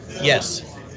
Yes